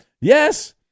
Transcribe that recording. Yes